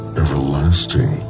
everlasting